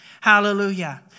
Hallelujah